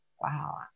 Wow